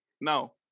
Now